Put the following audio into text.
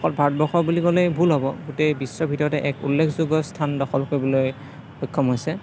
অকল ভাৰতবৰ্ষ বুলি ক'লেও ভুল হ'ব গোটেই বিশ্বৰ ভিতৰতে এক উল্লেখযোগ্য স্থান দখল কৰিবলৈ সক্ষম হৈছে